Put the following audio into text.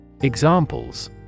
Examples